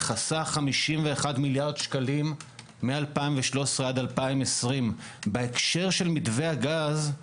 חסך 51 מיליארד שקלים מ-2013 עד 2020. בהקשר של מתווה הגז יש